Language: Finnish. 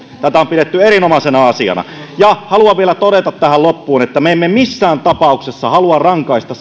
tätä on pidetty erinomaisena asiana haluan vielä todeta tähän loppuun että me emme missään tapauksessa halua rankaista